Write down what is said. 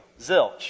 Zilch